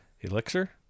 Elixir